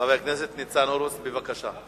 חבר הכנסת ניצן הורוביץ, בבקשה.